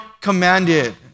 commanded